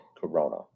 Corona